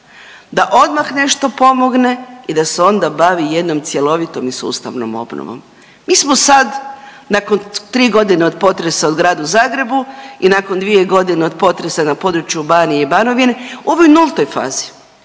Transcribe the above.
da odmah nešto pomogne i da se onda bavi jednom cjelovitom i sustavnom obnovom. Mi smo sad nakon 3 godine od potresa u Gradu Zagrebu i nakon 2 godine od potresa na području Banije i Banovine u ovoj nultoj fazi,